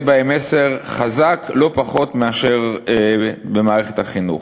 בהם מסר חזק לא פחות מאשר במערכת החינוך.